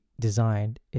designed